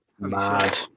Mad